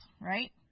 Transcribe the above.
right